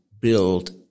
build